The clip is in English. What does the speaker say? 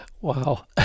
Wow